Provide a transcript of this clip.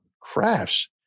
crafts